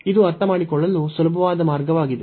ಇದು ಅರ್ಥಮಾಡಿಕೊಳ್ಳಲು ಸುಲಭವಾದ ಮಾರ್ಗವಾಗಿದೆ